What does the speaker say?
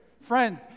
Friends